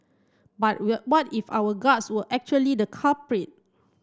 but but if our guts were actually the culprit